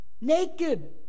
Naked